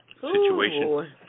situation